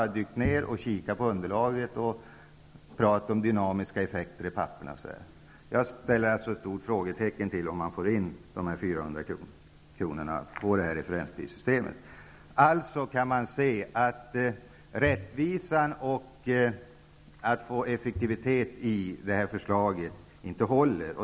Jag har senare kikat på underlaget och talet där om dynamiska effekter. Jag är alltså mycket osäker på om det går att få in dessa 400 milj.kr. genom det här referensprissystemet. Man kan alltså konstatera att det som sägs om rättvisa och effektivitet i förslaget inte håller.